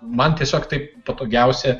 man tiesiog taip patogiausia